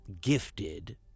gifted